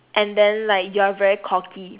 and then like you are very cocky